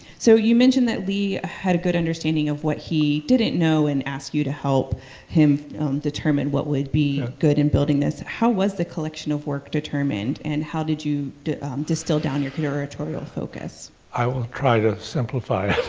so, you mentioned that lee had a good understanding of what he didn't know and asked you to help him determine what would be ah good in building this. how was the collection of work determined, and how did you distill down your curatorial focus? p i will try to simplify